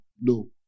No